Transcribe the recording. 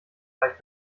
reich